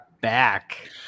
back